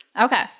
Okay